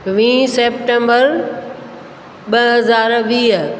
वीह सेप्टेंबर ॿ हज़ार वीह